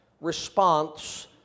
response